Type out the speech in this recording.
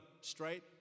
straight